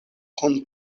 kun